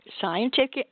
scientific